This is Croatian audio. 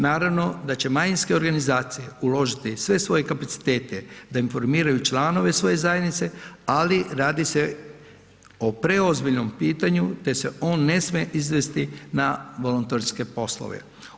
Naravno da će manjinske organizacije uložiti sve svoje kapacitete da informiraju članove svoje zajednice, ali radi se o preozbiljnom pitanju, te se on ne sme izvesti na volonterske poslove.